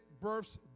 births